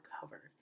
covered